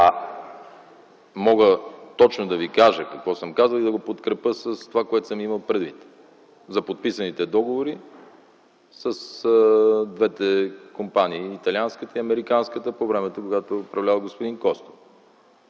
Мога точно да Ви кажа какво съм казал и да го подкрепя с това, което съм имал предвид – за подписаните договори с двете компании, италианската и американската, по времето, когато е управлявал господин Костов.